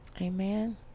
Amen